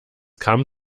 kam